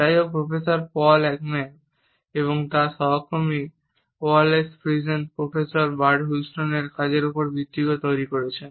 যাই হোক professor Paul Ekman এবং তার সহকর্মী ওয়ালেস ফ্রিজেন প্রফেসর বার্ডউইস্টেলের কাজের উপর ভিত্তি করে তৈরি করেছেন